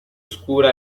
scura